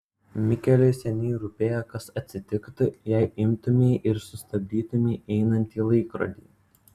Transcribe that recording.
mikeliui seniai rūpėjo kas atsitiktų jei imtumei ir sustabdytumei einantį laikrodį